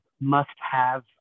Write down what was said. must-have